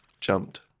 jumped